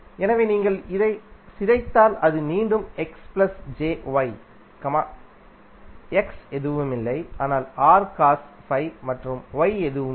எனவே நீங்கள் இதை சிதைத்தால் அது மீண்டும் x எதுவுமில்லை ஆனால் மற்றும் y எதுவும் இல்லை